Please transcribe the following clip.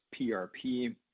PRP